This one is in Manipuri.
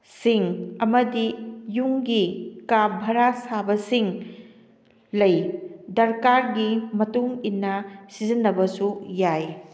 ꯁꯤꯡ ꯑꯃꯗꯤ ꯌꯨꯝꯒꯤ ꯀꯥ ꯕꯔꯥ ꯁꯥꯕꯁꯤꯡ ꯂꯩ ꯗꯔꯀꯥꯔꯒꯤ ꯃꯇꯨꯡ ꯏꯟꯅ ꯁꯤꯖꯟꯅꯕꯁꯨ ꯌꯥꯏ